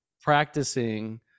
practicing